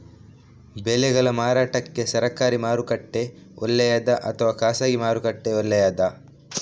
ಬೆಳೆಗಳ ಮಾರಾಟಕ್ಕೆ ಸರಕಾರಿ ಮಾರುಕಟ್ಟೆ ಒಳ್ಳೆಯದಾ ಅಥವಾ ಖಾಸಗಿ ಮಾರುಕಟ್ಟೆ ಒಳ್ಳೆಯದಾ